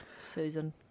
Susan